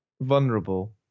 vulnerable